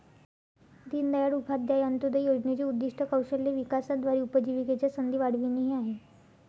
दीनदयाळ उपाध्याय अंत्योदय योजनेचे उद्दीष्ट कौशल्य विकासाद्वारे उपजीविकेच्या संधी वाढविणे हे आहे